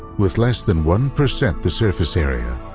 with less than one percent the surface area,